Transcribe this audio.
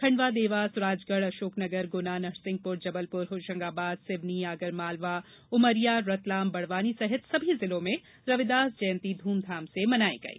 खंडवा देवास राजगढ़ अशोकनगरगुना नरसिंहपुर जबलपुर होशंगाबाद सिवनी आगरमालवा उमरिया रतलाम बडवानी सहित सभी जिलों में रविदास जयंती धूमधाम से मनायी गयी